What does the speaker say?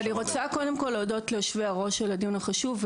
אני רוצה קודם כל להודות ליושבי הראש על הדיון החשוב,